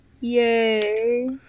Yay